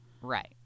right